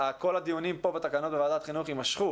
כל הדיונים פה בתקנות בוועדת חינוך יימשכו,